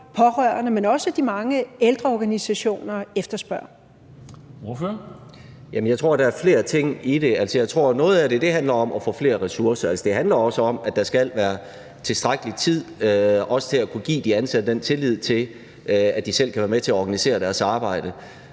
Ordføreren. Kl. 11:42 Peder Hvelplund (EL): Jeg tror, at der er flere ting i det. Jeg tror, at noget af det handler om at få flere ressourcer. Altså, det handler også om, at der skal være tilstrækkelig tid til at kunne give de ansatte den tillid til, at de selv kan være med til at organisere deres arbejde.